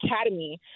academy